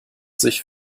sich